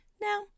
now